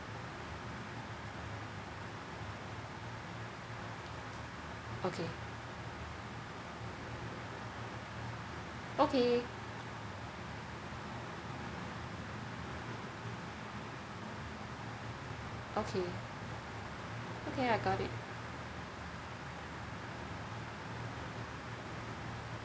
okay okay okay okay I got it